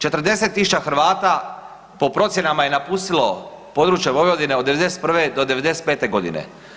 40 000 Hrvata po procjenama je napustilo područje Vojvodine od '91. do '95. godine.